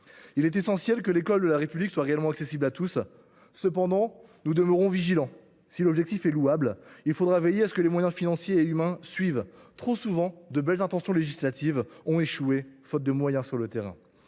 Il est essentiel que l’école de la République soit réellement accessible à tous. Cependant, nous demeurons vigilants : si l’objectif est louable, il faudra veiller à ce que les moyens financiers et humains suivent. Trop souvent, de belles intentions législatives échouent, faute de moyens sur le terrain.